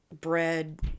bread